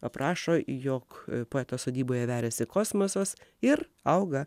aprašo jog poeto sodyboje veriasi kosmosas ir auga